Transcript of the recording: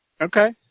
Okay